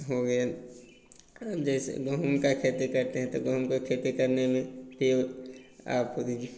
हो गया जैसा गेहूँ का खेती करते हैं तो गेहूँ का खेती करने में आप देखिए